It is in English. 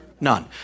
None